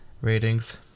ratings